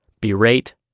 berate